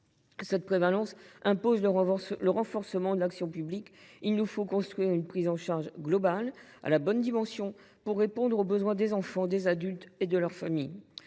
Cette prévalence impose de renforcer l’action publique. Il nous faut construire une prise en charge globale, à la bonne dimension, pour répondre aux besoins des enfants, des adultes et de leurs familles.